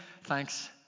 thanks